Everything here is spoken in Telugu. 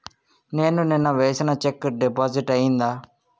నేను నిన్న వేసిన చెక్ డిపాజిట్ అయిందా?